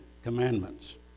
commandments